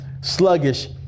Sluggish